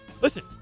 listen